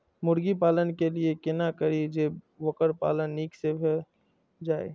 मुर्गी पालन के लिए केना करी जे वोकर पालन नीक से भेल जाय?